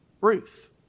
Ruth